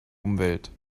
umwelt